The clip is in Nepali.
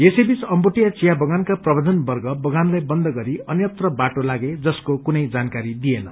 यसैबीच अम्बोटिया चिया बगानका प्रबन्धन वर्ग बगानलाई बन्द गरी अन्यत्र बाटो लागे जसको कुनै जानकारी दिइएन